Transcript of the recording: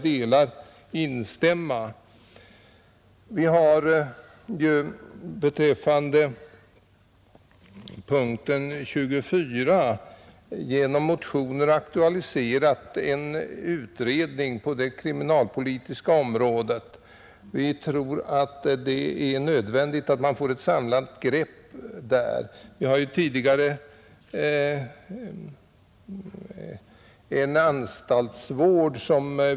Vad beträffar punkten 24 har vi genom motioner aktualiserat en utredning rörande kriminalvårdens framtida utformning. Vi tror att det är nödvändigt att vi får ett samlande grepp därvidlag.